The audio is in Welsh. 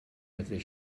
medru